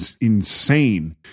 insane